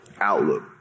outlook